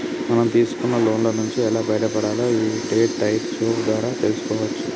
మనం తీసుకున్న లోన్ల నుంచి ఎలా బయటపడాలో యీ డెట్ డైట్ షో ద్వారా తెల్సుకోవచ్చు